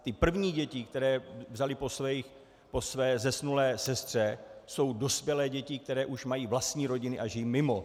Ty první děti, které vzali po své zesnulé sestře, jsou dospělé děti, které už mají vlastní rodiny a žijí mimo.